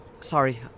Sorry